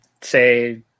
say